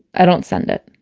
i don't send it.